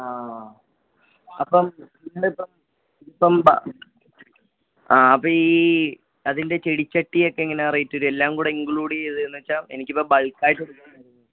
ആ അപ്പം ഇതിന്റ ഇപ്പം ഇപ്പം ബാ അപ്പം ഈ അതിന്റെ ചെടിച്ചട്ടി ഒക്കെ എങ്ങനെയാണ് റേറ്റ് എല്ലാം കൂടെ ഇന്ക്ലൂഡ് ചെയ്ത് എന്ന് വെച്ചാൽ എനിക്കിപ്പം ബൾക്ക് ആയിട്ട് എടുക്കാനായിരുന്നു